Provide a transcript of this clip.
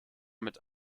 mit